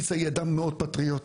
ניצה היא אדם מאוד פטריוט,